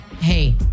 hey